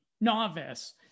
novice